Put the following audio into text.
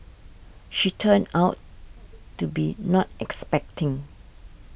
she turned out to be not expecting